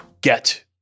get